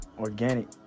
organic